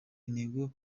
intego